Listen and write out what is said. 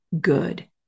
good